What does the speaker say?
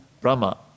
Brahma